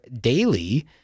daily